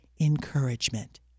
encouragement